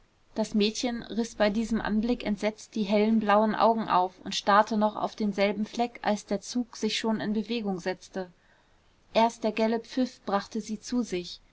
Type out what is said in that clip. das mädchen riß bei diesem anblick entsetzt die hellen blauen augen auf und starrte noch auf denselben fleck als der zug sich schon in bewegung setzte erst der gelle pfiff brachte sie zu sich